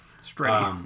Straight